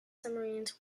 submarines